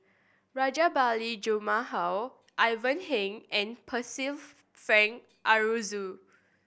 Rajabali Jumabhoy Ivan Heng and Percival Frank Aroozoo